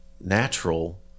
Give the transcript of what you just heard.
natural